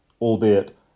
albeit